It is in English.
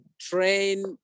train